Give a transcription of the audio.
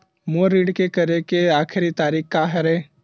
मोर ऋण के करे के आखिरी तारीक का हरे?